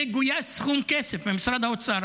וגויס סכום כסף ממשרד האוצר.